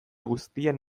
guztien